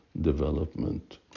development